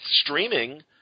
streaming